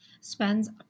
spends